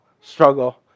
struggle